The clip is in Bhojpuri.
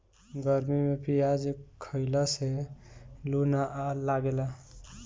गरमी में पियाज खइला से लू ना लागेला